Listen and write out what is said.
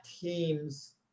teams